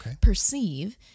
perceive